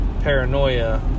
paranoia